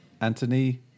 Anthony